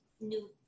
new